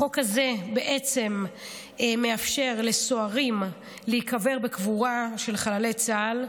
החוק הזה מאפשר לסוהרים להיקבר בקבורה של חללי צה"ל.